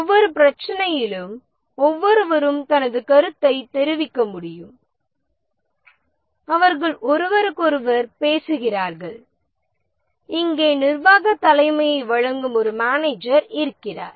ஒவ்வொரு பிரச்சினையிலும் ஒவ்வொருவரும் தனது கருத்தை தெரிவிக்க முடியும் அவர்கள் ஒருவருக்கொருவர் பேசுகிறார்கள் இங்கே நிர்வாகத் தலைமையை வழங்கும் ஒரு மேனேஜர் இருக்கிறார்